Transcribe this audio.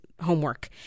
homework